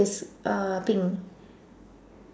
is uh pink